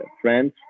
friends